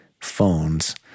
Phones